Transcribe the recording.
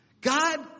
God